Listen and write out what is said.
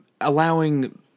allowing